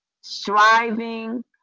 striving